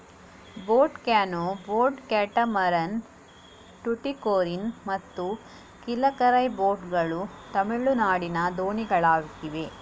boat canoe, boat catamaran, Tuticorin ಮತ್ತು Kilakarai boat ಗಳು ತಮಿಳುನಾಡಿನ ದೋಣಿಗಳಾಗಿವೆ